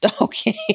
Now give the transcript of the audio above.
Okay